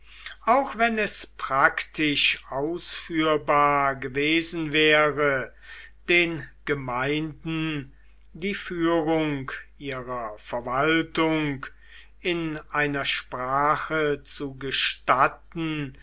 auch wenn es praktisch ausführbar gewesen wäre den gemeinden die führung ihrer verwaltung in einer sprache zu gestatten